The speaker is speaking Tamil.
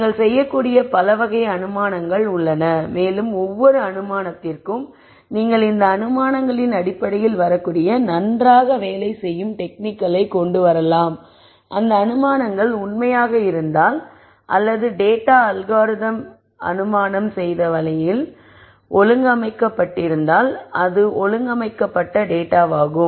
நீங்கள் செய்யக்கூடிய பல வகையான அனுமானங்கள் உள்ளன மேலும் ஒவ்வொரு அனுமானத்திற்கும் நீங்கள் இந்த அனுமானங்களின் அடிப்படையில் வரக்கூடிய நன்றாக வேலை செய்யும் டெக்னிக்களைக் கொண்டு வரலாம் அந்த அனுமானங்கள் உண்மையாக இருந்தால் அல்லது டேட்டா அல்காரிதம் அனுமானம் செய்த வழியில் ஒழுங்கமைக்கப்பட்டிருந்தால் அது ஒழுங்கமைக்கப்பட்ட டேட்டாவாகும்